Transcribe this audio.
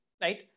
right